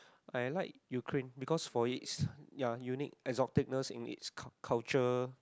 I like Ukraine because for its ya unique exoticness in its cul~ culture